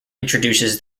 introduces